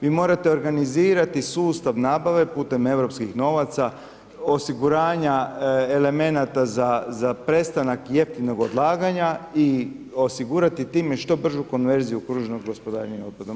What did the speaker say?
Vi morate organizirati sustav nabave putem europskih novaca, osiguranja elemenata za prestanak jeftinog odlaganja i osigurati time što bržu konverziju kružnog gospodarenja otpadom.